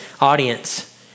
audience